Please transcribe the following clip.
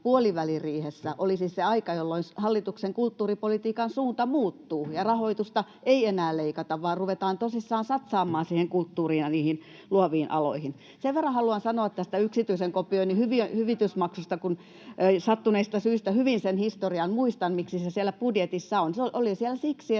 puoliväliriihessä olisi se aika, jolloin hallituksen kulttuuripolitiikan suunta muuttuu ja rahoitusta ei enää leikata, vaan ruvetaan tosissaan satsaamaan kulttuuriin ja luoviin aloihin. Sen verran haluan sanoa tästä yksityisen kopioinnin hyvitysmaksusta, että sattuneista syistä hyvin muistan sen historian, miksi se siellä budjetissa on. Se oli siellä siksi,